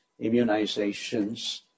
immunizations